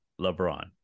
LeBron